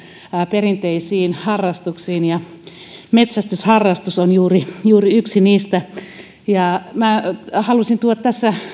perinteisiin harrastuksiin ja juuri metsästysharrastus on yksi niistä minä halusin tuoda tässä